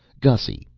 gussy,